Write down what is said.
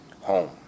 home